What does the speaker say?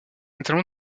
étalon